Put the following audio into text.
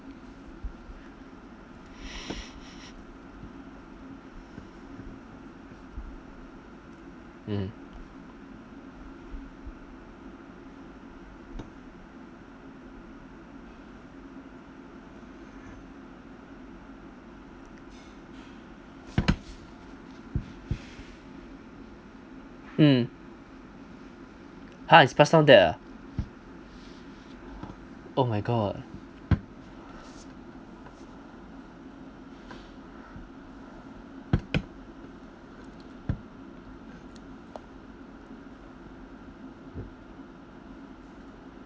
mmhmm mm !huh! they pass down debt ah oh my god